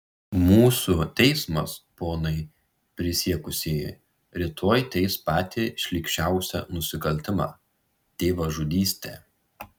mūsų teismas ponai prisiekusieji rytoj teis patį šlykščiausią nusikaltimą tėvažudystę